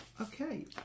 Okay